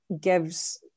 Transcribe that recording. gives